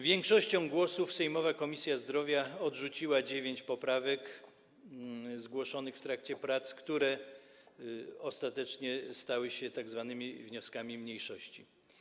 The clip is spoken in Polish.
Większością głosów sejmowa komisja zdrowia odrzuciła dziewięć poprawek zgłoszonych w trakcie prac, które ostatecznie stały się tzw. wnioskami mniejszości.